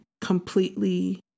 completely